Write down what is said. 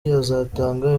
azatanga